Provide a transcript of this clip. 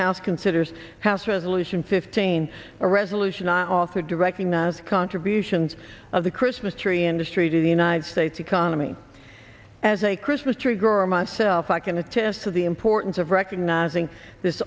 house considers house resolutely in fifteen a resolution i authored directing as contributions of the christmas tree industry to the united states economy as a christmas tree girl myself i can attest to the importance of recognizing this